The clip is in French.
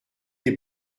les